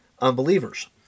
unbelievers